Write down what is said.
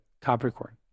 Capricorn